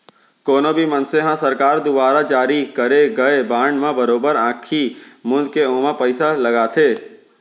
कोनो भी मनसे ह सरकार दुवारा जारी करे गए बांड म बरोबर आंखी मूंद के ओमा पइसा लगाथे